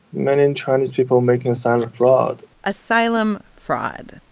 many chinese people making asylum fraud asylum fraud.